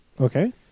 okay